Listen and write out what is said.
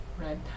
Right